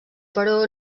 però